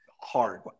hard